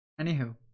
Anywho